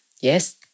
Yes